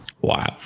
Wow